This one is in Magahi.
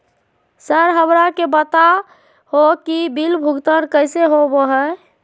सर हमरा के बता हो कि बिल भुगतान कैसे होबो है?